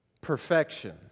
perfection